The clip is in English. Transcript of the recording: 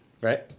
Right